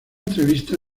entrevista